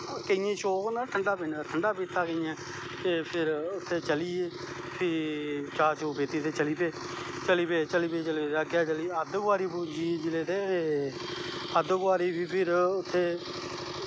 केइयें गी शौक होंदा नी ठंडा पीनें दा ठंडा पीता ते फ्ही उत्तें चली गे चाह् चूह् पीती ते उत्थें चली पे चली पे चली पे अग्गैं अद्ध कवारी पुज्जी गे ते अध्द कबारी बी उत्थें